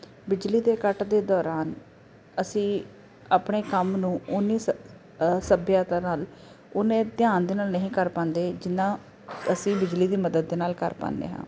ਬਿਜਲੀ ਦੇ ਕੱਟ ਦੇ ਦੌਰਾਨ ਅਸੀਂ ਆਪਣੇ ਕੰਮ ਨੂੰ ਉਨੀ ਸ ਸੱਭਿਅਤਾ ਨਾਲ ਉਨੇ ਧਿਆਨ ਦੇ ਨਾਲ ਨਹੀਂ ਕਰ ਪਾਉਂਦੇ ਜਿੰਨਾ ਅਸੀਂ ਬਿਜਲੀ ਦੀ ਮਦਦ ਦੇ ਨਾਲ ਕਰ ਪਾਉਂਦੇ ਹਾਂ